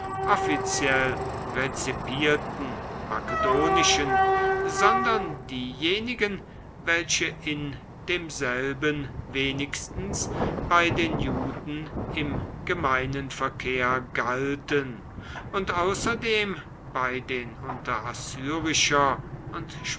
offiziell rezipierten makedonischen sondern diejenigen welche in demselben wenigstens bei den juden im gemeinen verkehr galten und außerdem bei den unter assyrischer